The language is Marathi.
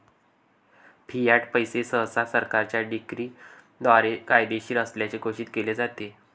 फियाट पैसे सहसा सरकारच्या डिक्रीद्वारे कायदेशीर असल्याचे घोषित केले जाते